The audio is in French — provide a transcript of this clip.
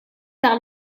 par